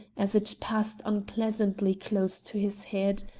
as it passed unpleasantly close to his head.